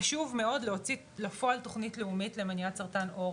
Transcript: חשוב מאוד להוציא לפועל תוכנית לאומית למניעת סרטן העור,